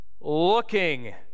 looking